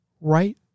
right